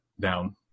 down